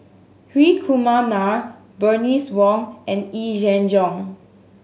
Hri Kumar Nair Bernice Wong and Yee Jenn Jong